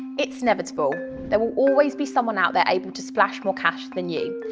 it's inevitable, there will always be someone out there able to splash more cash than you,